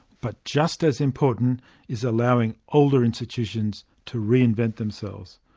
but just as important is allowing older institutions to re-invent themselves.